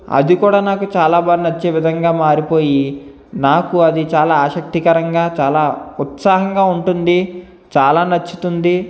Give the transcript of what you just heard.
అది కూడా నాకు చాలా బాగా నచ్చే విధంగా మారిపోయి నాకు అది చాలా ఆసక్తికరంగా చాలా ఉత్సాహంగా ఉంటుంది చాలా నచ్చుతుంది